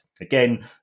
Again